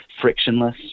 frictionless